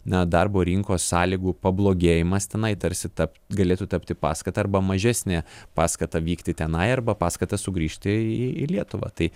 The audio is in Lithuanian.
na darbo rinkos sąlygų pablogėjimas tenai tarsi ta galėtų tapti paskata arba mažesne paskata vykti tenai arba paskata sugrįžti į į lietuvą tai